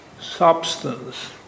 substance